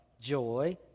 joy